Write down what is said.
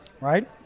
Right